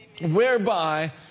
whereby